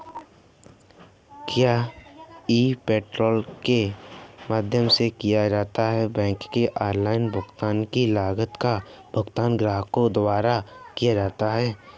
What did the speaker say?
क्या e portal के माध्यम से किए गए बैंक के ऑनलाइन भुगतान की लागत का भुगतान ग्राहकों द्वारा किया जाता है?